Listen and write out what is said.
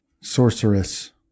sorceress